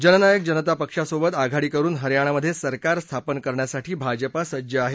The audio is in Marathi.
जननायक जनता पक्षासोबत आघाडी करून हरयाणामध्ये सरकार स्थापन करण्यासाठी भाजपा सज्ज आहे